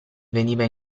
veniva